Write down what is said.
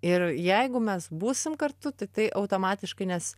ir jeigu mes būsim kartu tai tai automatiškai nes